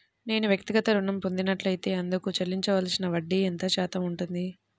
నేను వ్యక్తిగత ఋణం పొందినట్లైతే అందుకు చెల్లించవలసిన వడ్డీ ఎంత శాతం ఉంటుంది?